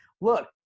Look